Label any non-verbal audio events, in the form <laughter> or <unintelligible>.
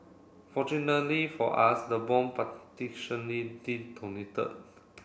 fortunately for us the bomb <unintelligible> detonated